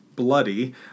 bloody